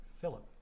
Philip